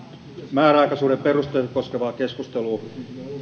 määräaikaisuuden perusteita koskevaan keskusteluun